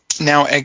now